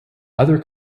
other